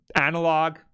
analog